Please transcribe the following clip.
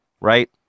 right